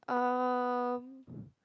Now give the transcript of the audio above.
um